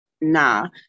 Nah